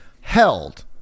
held